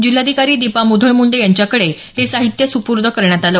जिल्हाधिकारी दीपा मुधोळ मुंडे यांच्याकडे हे साहित्य सुपूर्द करण्यात आलं